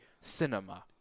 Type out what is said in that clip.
cinema